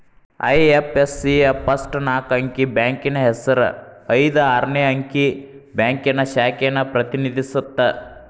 IFSC ಯ first ನಾಕ್ ಅಂಕಿ ಬ್ಯಾಂಕಿನ್ ಹೆಸರ ಐದ್ ಆರ್ನೆ ಅಂಕಿ ಬ್ಯಾಂಕಿನ್ ಶಾಖೆನ ಪ್ರತಿನಿಧಿಸತ್ತ